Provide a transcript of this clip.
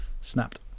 Snapped